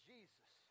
Jesus